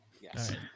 yes